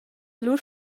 lur